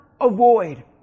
avoid